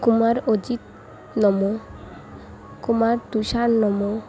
କୁମାର ଅଜିତ ନମୋ କୁମାର ତୁଷାର ନମୋ